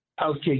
Okay